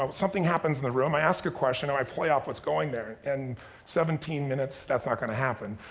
ah but something happens in the room, i ask a question and i play off what's going there. and seventeen minutes, that's not gonna happen.